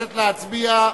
להצביע.